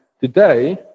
today